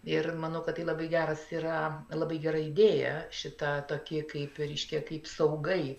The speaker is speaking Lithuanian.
ir manau kad tai labai geras yra labai gera idėja šita tokie kaip reiškia kaip saugai